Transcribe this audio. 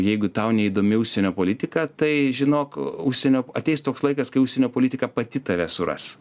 jeigu tau neįdomi užsienio politika tai žinok užsienio ateis toks laikas kai užsienio politika pati tave suras